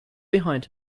behind